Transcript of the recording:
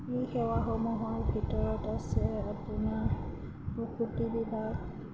সেই সেৱাসমূহৰ ভিতৰত আছে আপোনাৰ প্ৰসুতি বিভাগ